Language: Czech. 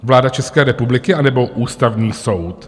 Vláda České republiky, anebo Ústavní soud?